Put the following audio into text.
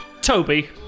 Toby